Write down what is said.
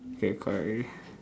okay correct already